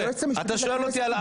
היועצת המשפטית לכנסת היא גם